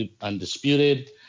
Undisputed